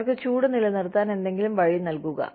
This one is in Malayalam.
അവർക്ക് ചൂട് നിലനിർത്താൻ എന്തെങ്കിലും വഴി നൽകുക